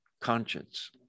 conscience